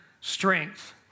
strength